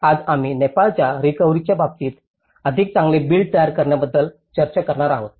आज आम्ही नेपाळच्या रिकव्हरीच्या बाबतीत अधिक चांगले बिल्ड तयार करण्याबद्दल चर्चा करणार आहोत